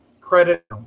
credit